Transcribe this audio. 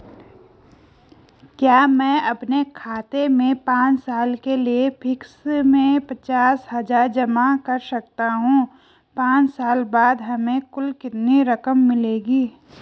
क्या मैं अपने खाते में पांच साल के लिए फिक्स में पचास हज़ार जमा कर सकता हूँ पांच साल बाद हमें कुल कितनी रकम मिलेगी?